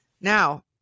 Now